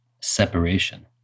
separation